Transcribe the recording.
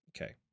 Okay